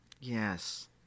Yes